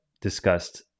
discussed